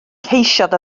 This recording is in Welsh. ceisiodd